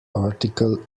article